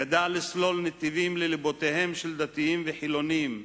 ידע לסלול נתיבים ללבותיהם של דתיים וחילונים,